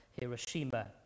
Hiroshima